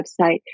website